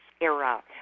era